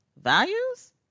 values